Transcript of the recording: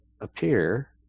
appear